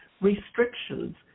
restrictions